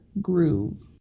Groove